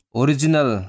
original